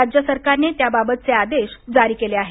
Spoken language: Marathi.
राज्य सरकारने त्याबाबतचे आदेश जारी केले आहेत